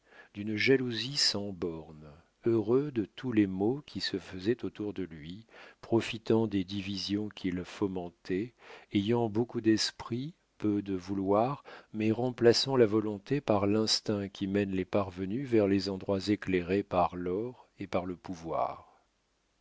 d'une jalousie sans bornes heureux de tous les maux qui se faisaient autour de lui profitant des divisions qu'il fomentait ayant beaucoup d'esprit peu de vouloir mais remplaçant la volonté par l'instinct qui mène les parvenus vers les endroits éclairés par l'or et par le pouvoir